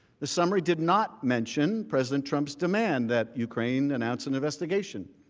a summary did not mention president trump's demand that ukraine announce an investigation,